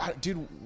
Dude